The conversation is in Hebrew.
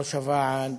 ראש הוועד,